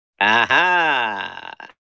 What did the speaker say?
Aha